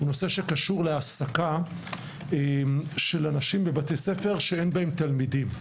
הוא קשור להעסקה של אנשים בבתי ספר שאין בהם תלמידים.